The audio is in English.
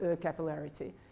capillarity